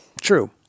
True